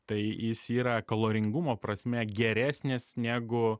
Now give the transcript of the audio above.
tai jis yra kaloringumo prasme geresnis negu